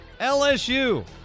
LSU